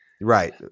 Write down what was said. Right